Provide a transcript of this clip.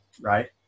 Right